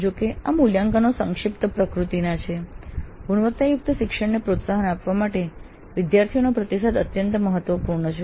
જો કે આ મૂલ્યાંકનો સંક્ષિપ્ત પ્રકૃતિના છે ગુણવત્તાયુક્ત શિક્ષણને પ્રોત્સાહન આપવા માટે વિદ્યાર્થીઓનો પ્રતિસાદ અત્યંત મહત્વપૂર્ણ છે